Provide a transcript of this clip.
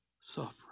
suffering